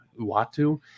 Uatu